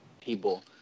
people